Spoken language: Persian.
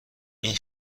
این